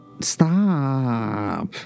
stop